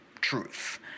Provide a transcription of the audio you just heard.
truth